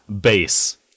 bass